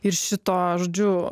ir šito žodžiu